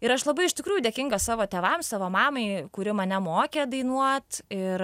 ir aš labai iš tikrųjų dėkinga savo tėvams savo mamai kuri mane mokė dainuot ir